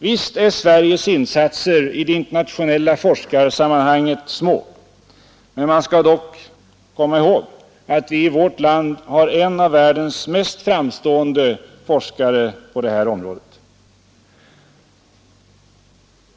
Visst är Sveriges insatser i det internationella forskarsammanhanget små, men man skall komma ihåg att vi i vårt land ändå har en av världens mest framstående forskare på detta område.